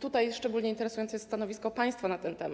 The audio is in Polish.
tutaj szczególnie interesujące jest stanowisko państwa w tej sprawie.